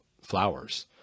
flowers